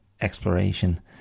exploration